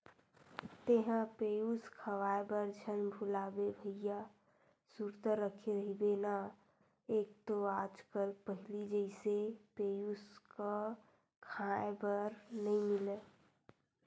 तेंहा पेयूस खवाए बर झन भुलाबे भइया सुरता रखे रहिबे ना एक तो आज कल पहिली जइसे पेयूस क खांय बर नइ मिलय